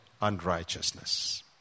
unrighteousness